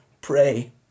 pray